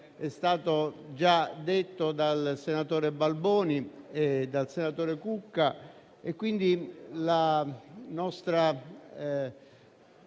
è stato già detto dal senatore Balboni e dal senatore Cucca. Quindi, dichiariamo